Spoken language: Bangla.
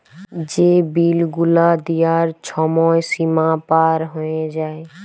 যে বিল গুলা দিয়ার ছময় সীমা পার হঁয়ে যায়